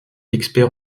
expert